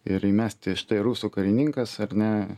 ir įmesti štai rusų karininkas ar ne